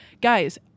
Guys